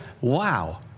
Wow